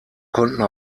konnten